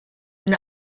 and